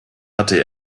hatte